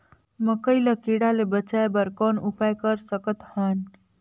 मकई ल कीड़ा ले बचाय बर कौन उपाय कर सकत हन?